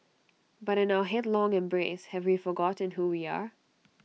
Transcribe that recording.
but in our headlong embrace have we forgotten who we are